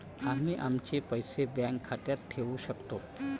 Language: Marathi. आम्ही आमचे पैसे बँक खात्यात ठेवू शकतो